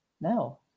no